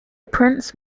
prince